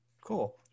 Cool